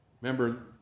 Remember